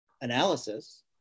analysis